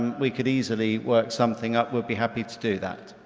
we could easily work something up, would be happy to do that.